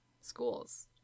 schools